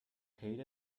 hate